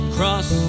Cross